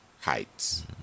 heights